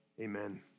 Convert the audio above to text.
Amen